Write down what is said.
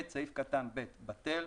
סעיף קטן (ב) בטל.